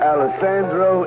Alessandro